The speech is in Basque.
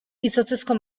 izotzezko